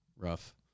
Rough